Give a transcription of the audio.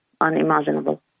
Unimaginable